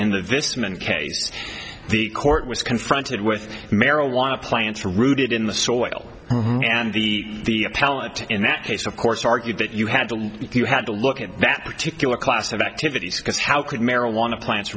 case the court was confronted with marijuana plants rooted in the soil and the pellet in that case of course argued that you had to if you had to look at that particular class of activities because how could marijuana plants